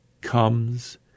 comes